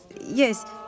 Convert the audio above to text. Yes